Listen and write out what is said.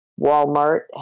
Walmart